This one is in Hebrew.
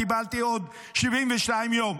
קיבלתי עוד 72 יום.